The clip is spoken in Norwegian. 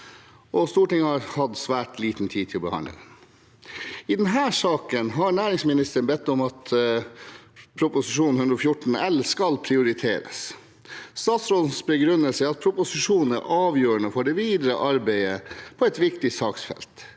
Stortinget har hatt svært liten tid til å behandle den. I denne saken har næringsministeren bedt om at Prop. 114 L for 2022–2023 skal prioriteres. Statsrådens begrunnelse er at proposisjonen er avgjørende for det videre arbeidet på et viktig saksfelt.